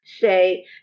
say